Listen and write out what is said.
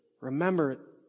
remember